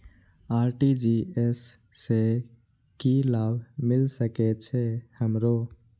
RTGS से की लाभ मिल सके छे हमरो?